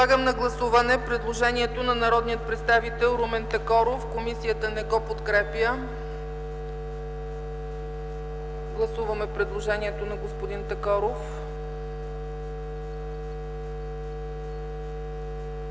Подлагам на гласуване предложението на народния представител Румен Такоров. Комисията не го подкрепя. Гласуваме предложението на господин Такоров.